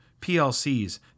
PLCs